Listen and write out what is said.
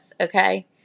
okay